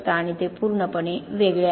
आणि ते पूर्णपणे वेगळे आहे